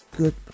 good